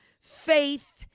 faith